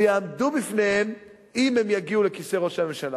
ויעמדו בפניהן אם הם יגיעו לכיסא ראש הממשלה.